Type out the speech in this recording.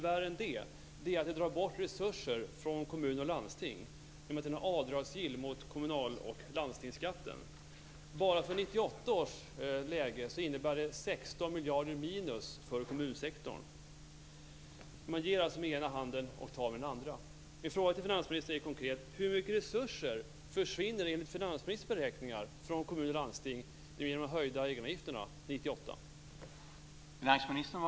Värre ändå är att detta drar bort resurser från kommuner och landsting i och med att det här är avdragsgillt mot kommunal och landstingsskatten. Bara för 1998 innebär detta 16 miljarder minus för kommunsektorn. Man ger alltså med den ena handen och tar med den andra. Min fråga till finansministern är konkret: Hur mycket resurser försvinner enligt finansministerns beräkningar från kommuner och landsting genom de höjda egenavgifterna 1998?